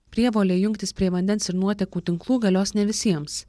prievolė jungtis prie vandens ir nuotekų tinklų galios ne visiems